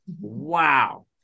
Wow